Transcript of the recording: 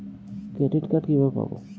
Credit card কিভাবে পাব?